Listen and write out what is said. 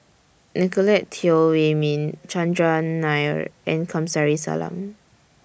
Nicolette Teo Wei Min Chandran Nair and Kamsari Salam